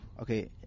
Okay